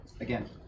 again